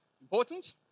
Important